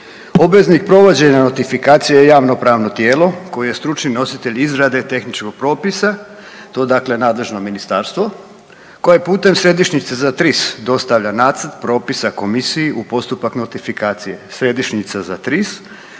Obveznik provođenja notifikacije je javno pravno tijelo koje je stručni nositelj izrade tehničkog propisa, to dakle nadležno ministarstvo koje putem središnjice za TRIS dostavlja nacrt propisa komisiji u postupak notifikacije. Središnjica za TRIS